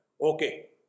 Okay